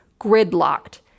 gridlocked